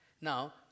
Now